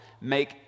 make